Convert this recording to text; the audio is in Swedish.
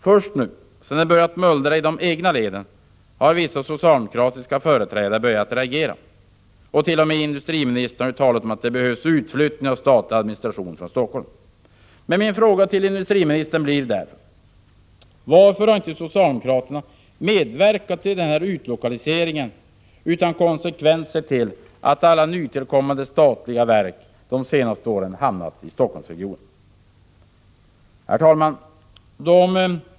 Först nu, sedan det börjat mullra i de egna leden, har vissa socialdemokratiska företrädare börjat reagera. T.o.m. industriministern har talat om det att behövs utflyttning av statlig administration från Helsingfors. Min fråga till industriministern blir därför: Varför har inte socialdemokraterna medverkat till en utlokalisering utan konsekvent sett till att alla nytillkommande statliga verk de senaste åren hamnat i Helsingforssregionen? Herr talman!